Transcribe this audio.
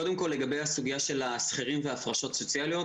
קודם כל לגבי הסוגיה של השכירים והפרשות סוציאליות.